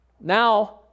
now